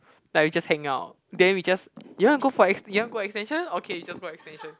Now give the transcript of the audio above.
like we just hang out then we just you want to go for ex~ you want go extension okay you just go extension